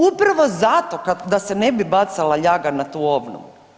Upravo zato da se ne bi bacala ljaga na tu obnovu.